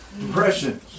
depression